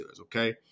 okay